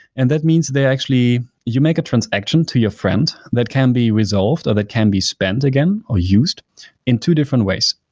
and that means they are actually you make a transaction to your friend that can be resolved or that can be spent again or used in two different ways.